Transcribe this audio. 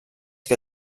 que